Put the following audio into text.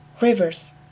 Rivers